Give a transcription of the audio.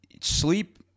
sleep